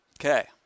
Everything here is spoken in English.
Okay